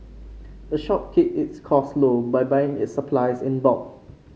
the shop keep its costs low by buying its supplies in bulk